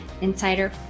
insider